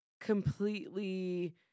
completely